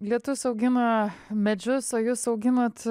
lietus augina medžius o jūs auginat